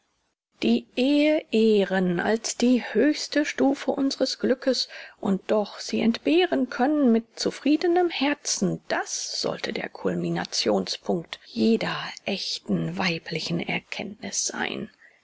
die ehe ehren als die höchste stufe unsres glückes und doch sie entbehren können mit zufriedenem herzen das sollte der culminationspunkt jeder ächten weiblichen erkenntniß sein